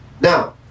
Now